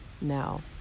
now